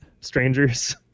strangers